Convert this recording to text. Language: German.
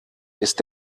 ist